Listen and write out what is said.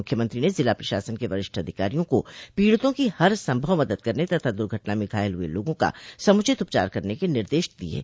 मुख्यमंत्री ने जिला प्रशासन के वरिष्ठ अधिकारियों को पीड़ितों की हर सम्भव मदद करने तथा दुर्घटना में घायल हुए लोगों का समुचित उपचार कराने के निर्देश दिए हैं